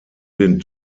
den